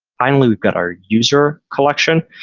finally, we've got our user collection.